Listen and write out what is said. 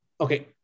okay